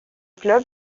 club